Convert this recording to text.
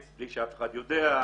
יש לך